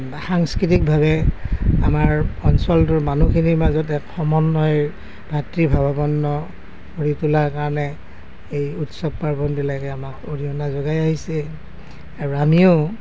সাংস্কৃতিকভাৱে আমাৰ অঞ্চলটোৰ মানুহখিনিৰ মাজতে এক সমন্বয়ৰ ভাতৃ ভাৱাপন্ন কৰি তোলাৰ কাৰণে এই উৎসৱ পাৰ্বণ বিলাকে আমাক অৰিহণা যোগাই আহিছে আৰু আমিও